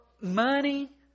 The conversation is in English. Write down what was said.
money